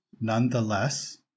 Nonetheless